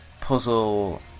puzzle